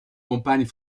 campagnes